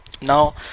Now